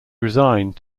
resigned